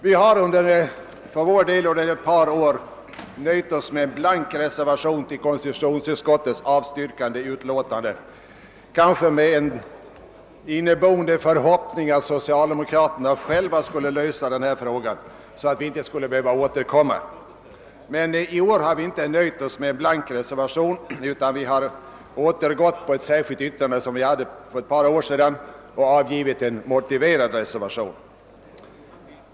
Vi har för vår del under ett par år nöjt oss med att foga en blank reservation till konstitutionsutskottets avstyrkande utlåtande, kanske med en inneboende förhoppning att socialdemokraterna själva skulle lösa frågan, så att den inte skulle behöva återkomma, men i år har vi inte nöjt oss med detta utan anknutit till ett särskilt yttrande som vi gjorde för ett par år sedan och avgivit en motiverad reservation.